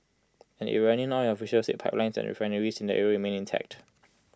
an Iranian oil official said pipelines and refineries in the area remained intact